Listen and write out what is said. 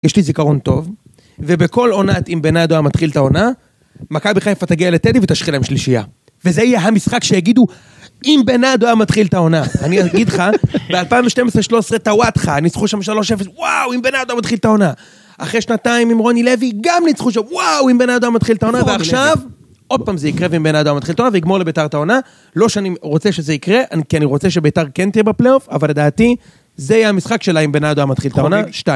יש לי זיכרון טוב, ובכל עונת, אם בנדו היה מתחיל את העונה, מכבי חיפה תגיע לטדי ותשחיל להם שלישייה. וזה יהיה המשחק שיגידו, אם בנדו היה מתחיל את העונה. אני אגיד לך, ב-2012-2013, טעוטחה. הם ניצחו שם 3-0, וואו! אם בנדו היה מתחיל את העונה. אחרי שנתיים, עם רוני לוי גם ניצחו שם, וואו! אם בנדו היה מתחיל את העונה, ועכשיו, עוד פעם זה יקרה, אם בנדו היה מתחיל את העונה, ויגמור לביתר את העונה, לא שאני רוצה שזה יקרה, כי אני רוצה שביתר כן תהיה בפלאוף, אבל לדעתי, זה יהיה המשחק שלה אם בנדו מתחיל את העונה, שתיים.